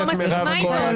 אני לא מסכימה איתו,